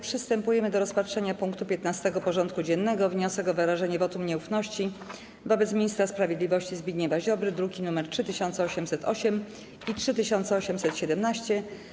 Przystępujemy do rozpatrzenia punktu 15. porządku dziennego: Wniosek o wyrażenie wotum nieufności wobec ministra sprawiedliwości Zbigniewa Ziobry (druki nr 3808 i 3817)